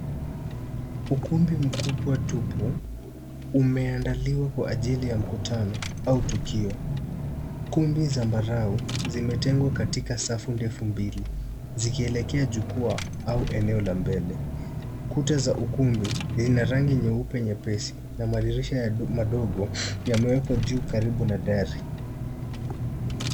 Ukumbi mkubwa tupu umeandaliwa kwa ajili ya mkutano au tukio. Kumbi zambarau zimetengwa katika safu ndefu mbili, zikielekea jukwaa au eneo la mbele. Ukuta za ukumbi ina rangi nyeupe nyepesi na madirisha madogo yamewekwa juu karibu na dari.